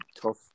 tough